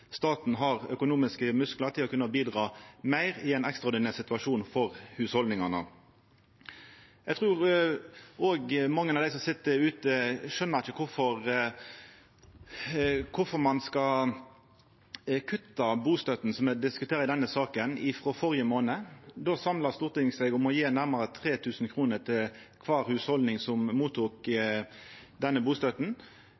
staten har økonomiske musklar til å kunna bidra meir i ein ekstraordinær situasjon for hushalda. Eg trur òg at mange av dei som sit der ute, ikkje skjønar kvifor ein skal kutta i det ein gav i bustøtte, som er det me diskuterer i denne saka, i førre månad. Då samla Stortinget seg om å gje nærmare 3 000 kr til kvart hushald som